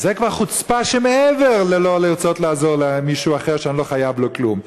זה כבר חוצפה שמעבר ללא לרצות לעזור למישהו אחר שאני לא חייב לו כלום.